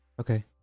Okay